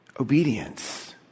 Obedience